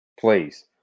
Please